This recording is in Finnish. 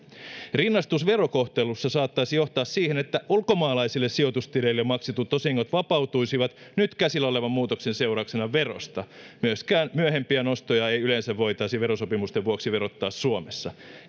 rinnastus verokohtelussa saattaisi johtaa siihen että ulkomaalaisille sijoitustileille maksetut osingot vapautuisivat nyt käsillä olevan muutoksen seurauksena verosta ja myöskään myöhempiä nostoja ei yleensä voitaisi verosopimusten vuoksi verottaa suomessa